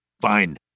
fine